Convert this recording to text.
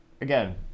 again